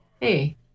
hey